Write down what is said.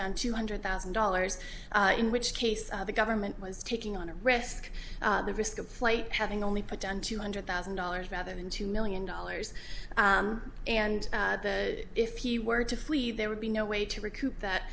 down two hundred thousand dollars in which case the government was taking on a rescue the risk of flight having only put down two hundred thousand dollars rather than two million dollars and if he were to flee there would be no way to recoup that